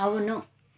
అవును